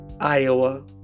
Iowa